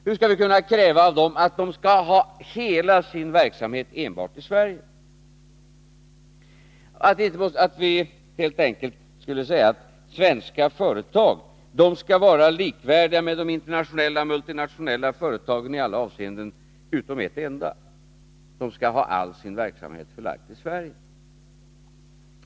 Hur skall vi kunna kräva av de svenska företagen att de skall ha hela sin verksamhet förlagd enbart till Sverige? Hur skall vi kunna säga att svenska företag skall vara likvärdiga med de internationella och multinationella företagen i alla avseenden utom i ett enda: de skall ha all sin verksamhet förlagd till Sverige?